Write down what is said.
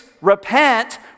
repent